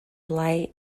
light